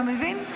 אתה מבין?